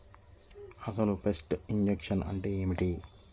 అసలు pest infection అంటే ఏమిటి?